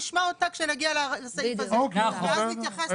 נשמע אותה כשנגיע לסעיף הזה ואז תתייחס.